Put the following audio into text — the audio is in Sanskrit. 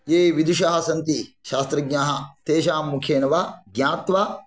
ये विदुषाः सन्ति शास्त्रज्ञाः तेषां मुखेन वा ज्ञात्वा